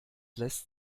lässt